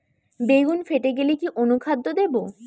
বেগুন ফেটে গেলে কি অনুখাদ্য দেবো?